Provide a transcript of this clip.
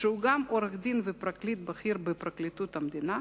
שהוא גם עורך-דין ופרקליט בכיר בפרקליטות המדינה,